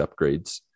upgrades